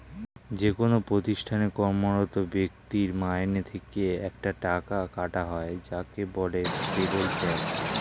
যেকোন প্রতিষ্ঠানে কর্মরত ব্যক্তির মাইনে থেকে একটা টাকা কাটা হয় যাকে বলে পেরোল ট্যাক্স